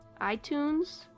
iTunes